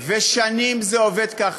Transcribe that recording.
שנים זה עובד ככה.